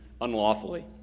unlawfully